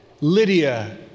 Lydia